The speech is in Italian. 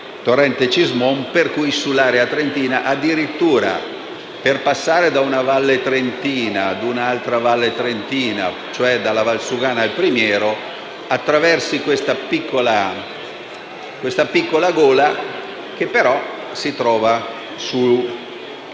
torrente Cismon, per cui nell'area trentina. Addirittura per passare da una valle trentina a un'altra valle trentina, cioè dalla Valsugana al Primiero, si attraversa questa piccola gola che però si trova nelle